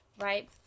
right